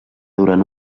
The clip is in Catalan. durant